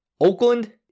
oakland